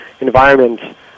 environment